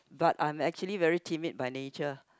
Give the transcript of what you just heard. but I'm actually very timid by nature